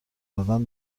دادن